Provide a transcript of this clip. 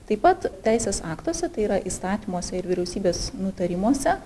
taip pat teisės aktuose tai yra įstatymuose ir vyriausybės nutarimuose